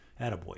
Attaboy